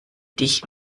dich